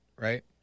Right